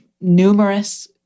numerous